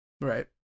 right